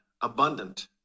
abundant